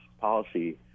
policy